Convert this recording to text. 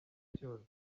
cyose